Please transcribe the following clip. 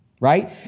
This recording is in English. right